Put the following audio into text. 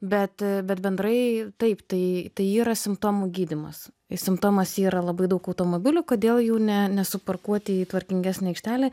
bet bet bendrai taip tai tai yra simptomų gydymas simptomas yra labai daug automobilių kodėl jų ne nesuparkuoti į tvarkingesnę aikštelę